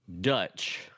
Dutch